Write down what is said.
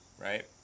right